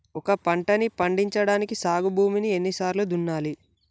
ఒక పంటని పండించడానికి సాగు భూమిని ఎన్ని సార్లు దున్నాలి?